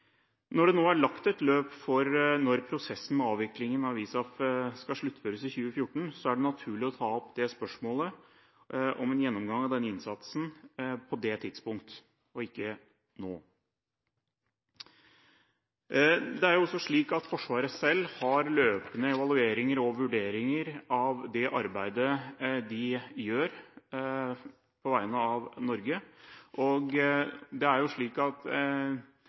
Når det nå er lagt et løp for at prosessen med avvikling av ISAF skal sluttføres i 2014, er det naturlig å ta opp spørsmålet om en gjennomgang av denne innsatsen på det tidspunktet – ikke nå. Forsvaret selv har løpende evalueringer og vurderinger av det arbeidet de gjør på vegne av Norge, og dette er en del av ordskiftet når Stortinget får seg forelagt informasjon. Sånn sett har Stortinget et godt grunnlag for å forstå det